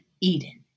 Eden